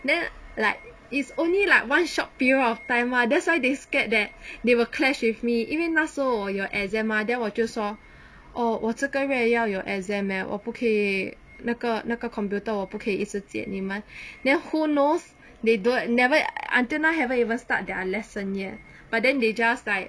then like is only like one short period of time ah that's why they scared that they will clash with me 因为那时候我有 exam mah then 我就说 oh 我这个月要有 exam eh 我不可以那个那个 computer 我不可以一直接你们 then who knows they don't never until now haven't even start their lesson yet but then they just like